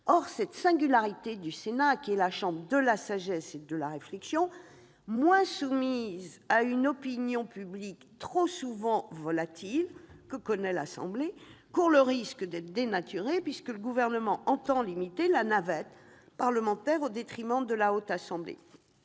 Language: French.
Or la singularité du Sénat, chambre de la sagesse et de la réflexion, moins soumise à une opinion publique trop souvent volatile que l'Assemblée nationale, court le risque d'être dénaturée, puisque le Gouvernement entend limiter la navette parlementaire au détriment de la Haute Assemblée.